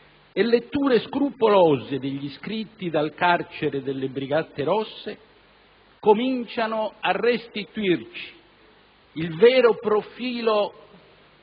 e letture scrupolose degli scritti dal carcere delle brigate rosse cominciano a restituirci il vero profilo